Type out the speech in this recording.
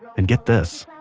and get this.